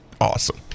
Awesome